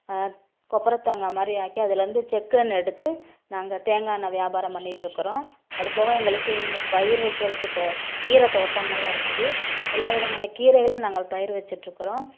கொப்பரை தேங்காய் மாதிரி ஆக்கி அதிலேருந்து செக்கு எண்ணெய் எடுத்து நாங்கள் தேங்காய் எண்ணெய் வியாபாரம் பண்ணிகிட்ருக்கறோம் அதுபோக எங்களுக்கு இங்கே பயிர் வைக்கிறதுக்கு தே கீரை தோட்டங்களெலாம் இருக்குது எல்லா விதமான கீரைகளையும் நாங்கள் பயிர் வெச்சுட்ருக்கறோம்